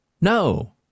No